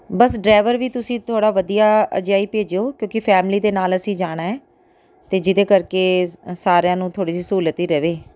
ਬਸ driver ਵੀ ਤੁਸੀਂ ਥੋੜ੍ਹਾ ਵਧੀਆ ਜਿਹਾ ਹੀ ਭੇਜਿਉ ਕਿਉਂਕਿ ਫੈਮਲੀ ਦੇ ਨਾਲ ਅਸੀਂ ਜਾਣਾ ਹੈ ਅਤੇ ਜਿਹਦੇ ਕਰਕੇ ਸਾਰਿਆਂ ਨੂੰ ਥੋੜ੍ਹੀ ਜਿਹੀ ਸਹੂਲਤ ਹੀ ਰਹੇ